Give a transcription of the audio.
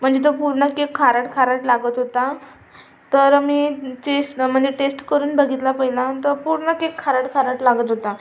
म्हणजे तो पूर्ण केक खारट खारट लागत होता तर मी चेस्ट म्हणजे टेस्ट करून बघितला पहिला तर पूर्ण केक खारट खारट लागत होता